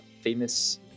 famous